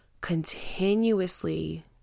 continuously